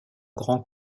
grand